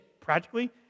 practically